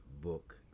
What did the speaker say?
book